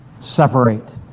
separate